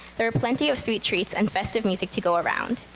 there were plenty of sweet treats and festive music to go around.